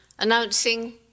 Announcing